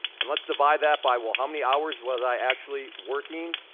and let's divide that by, well, how many hours was i actually working?